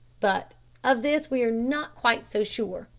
but of this we are not quite so sure.